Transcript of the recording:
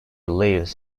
lives